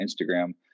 Instagram